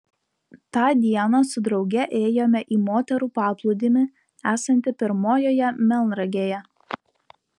tą dieną su drauge ėjome į moterų paplūdimį esantį pirmojoje melnragėje